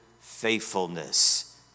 faithfulness